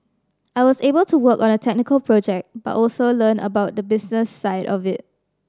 I was able to work on a technical project but also learn about the business side of it